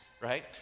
right